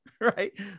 right